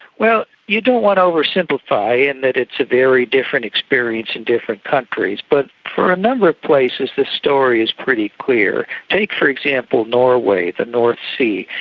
well, you don't want to oversimplify in that it's a very different experience in different countries. but for a number of places the story is pretty clear. take, for example, norway, the north sea.